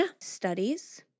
studies